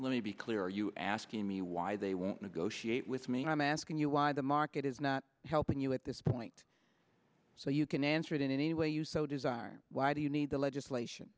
let me be clear are you asking me why they won't negotiate with me i'm asking you why the market is not helping you at this point so you can answer it in any way you so desire why do you need the legislation